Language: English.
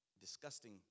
disgusting